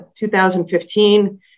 2015